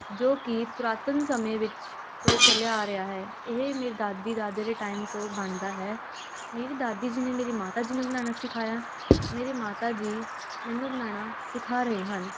ਜੋ ਕਿ ਪੁਰਾਤਨ ਸਮੇਂ ਵਿੱਚ ਤੋਂ ਚੱਲਿਆ ਆ ਰਿਹਾ ਹੈ ਇਹ ਮੇਰੀ ਦਾਦੀ ਦਾਦੇ ਦੇ ਟਾਈਮ ਤੋਂ ਬਣਦਾ ਹੈ ਮੇਰੇ ਦਾਦੀ ਜੀ ਨੇ ਮੇਰੀ ਮਾਤਾ ਜੀ ਨੂੰ ਬਣਾਉਣਾ ਸਿਖਾਇਆ ਮੇਰੇ ਮਾਤਾ ਜੀ ਮੈਨੂੰ ਬਣਾਉਣਾ ਸਿਖਾ ਰਹੇ ਹਨ